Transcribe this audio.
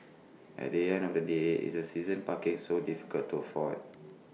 at the end of the day is that season parking so difficult to afford